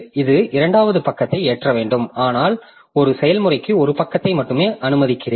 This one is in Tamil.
இது இரண்டாவது பக்கத்தை ஏற்ற வேண்டும் ஆனால் நான் ஒரு செயல்முறைக்கு ஒரு பக்கத்தை மட்டுமே அனுமதிக்கிறேன்